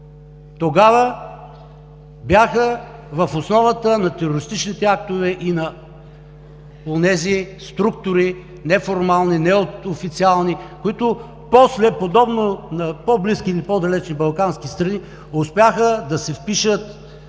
тогава бяха в основата на терористичните актове и на онези структури – неформални, неофициални – които после, подобно на по-близки или по-далечни балкански страни, успяха да се впишат